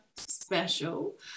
Special